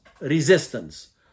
resistance